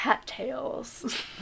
cattails